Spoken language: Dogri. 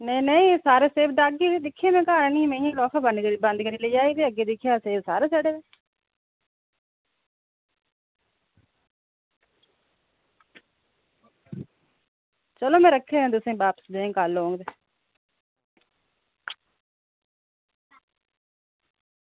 नेईं नेईं सारे सेव दागी न दिक्खियै ते में आई निं में इंया लिफाफा बंद करी लेआई ते अग्गें दिक्खेआ सेब सारे सड़े दे चलो में रक्खे दे बापस देने ई कल्ल औङ